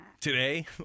Today